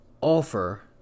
offer